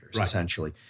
essentially